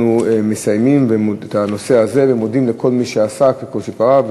אנחנו מסיימים את הנושא הזה ומודים לכל מי שעסק ותרם,